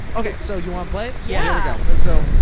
okay, so you wanna play it? yeah. let's so